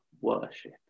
worship